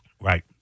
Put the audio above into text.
right